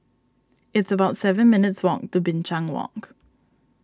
it's about seven minutes' walk to Binchang Walk